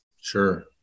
Sure